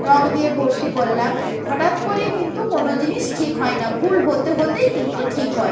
রং দিয়ে ভর্তি করলাম হঠাৎ করেই কিন্তু কোনো জিনিস ঠিক হয় না ভুল হতে হতেই কিন্তু ঠিক হয়